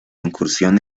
incursión